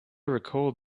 recalled